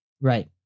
Right